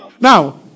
Now